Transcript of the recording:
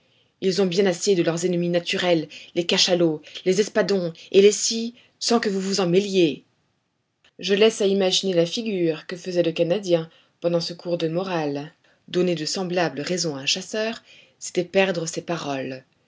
ils ont bien assez de leurs ennemis naturels les cachalots les espadons et les scies sans que vous vous en mêliez je laisse à imaginer la figure que faisait le canadien pendant ce cours de morale donner de semblables raisons à un chasseur c'était perdre ses paroles